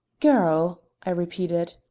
girl? i repeated.